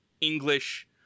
English